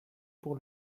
pour